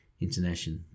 international